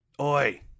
Oi